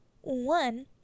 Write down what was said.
one